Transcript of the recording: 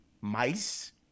mice